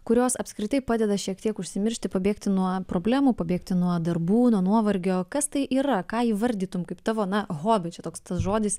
kurios apskritai padeda šiek tiek užsimiršti pabėgti nuo problemų pabėgti nuo darbų nuo nuovargio kas tai yra ką įvardytum kaip tavo na hobį čia toks tas žodis